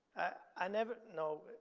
i never, no,